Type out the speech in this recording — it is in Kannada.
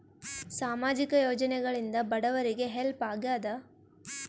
ಸಾಮಾಜಿಕ ಯೋಜನೆಗಳಿಂದ ಬಡವರಿಗೆ ಹೆಲ್ಪ್ ಆಗ್ಯಾದ?